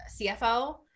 CFO